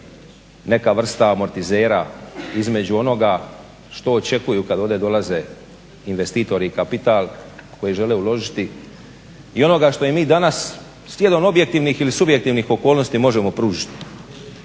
neka vrsta amortizera između onoga što očekuju kada ovdje dolaze investitori i kapital koji žele uložiti i onoga što i mi danas slijedom objektivnih ili subjektivnih okolnosti možemo pružiti.